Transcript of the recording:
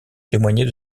témoigner